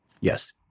Yes